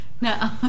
No